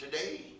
today